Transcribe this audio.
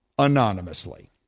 anonymously